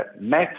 met